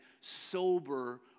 sober